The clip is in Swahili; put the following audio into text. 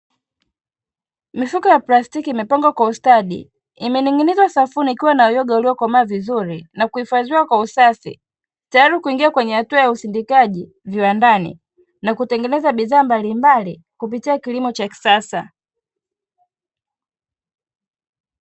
Mifuko ya plastiki imepangwa kwa ustadi, imening'inizwa safuni ikiwa na uyoga uliokomaa vizuri na kuhifadhiwa kwa usafi tayari kuingia kwenye hatua ya usindikaji viwandani na kutengeneza bidhaa mbalimbali kupitia kilimo cha kisasa.